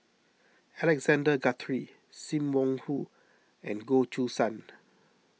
Alexander Guthrie Sim Wong Hoo and Goh Choo San